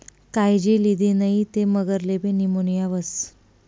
कायजी लिदी नै ते मगरलेबी नीमोनीया व्हस